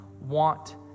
want